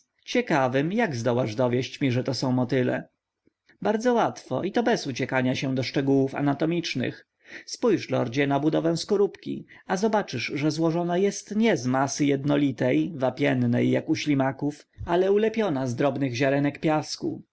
ciekawym jak zdołasz dowieść mi że to są motyle bardzo łatwo i to bez uciekania się do szczegółów anatomicznych spójrz lordzie na budowę skorupki a zobaczysz że złożona jest nie z masy jednolitej wapiennej jak u ślimaków ale ulepiona z drobnych ziarnek piasku